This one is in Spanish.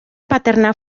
paterna